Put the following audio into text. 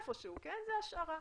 זו השערה.